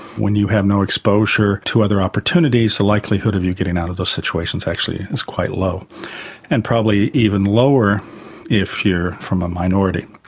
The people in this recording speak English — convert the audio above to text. when you have no exposure to other opportunities, the likelihood of you getting out of the situation is actually quite low and probably even lower if you're from a minority.